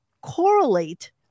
correlate